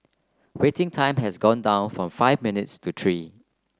waiting time has also gone down from five minutes to three